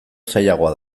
zailagoa